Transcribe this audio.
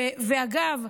אגב,